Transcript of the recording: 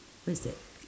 what's that